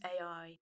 AI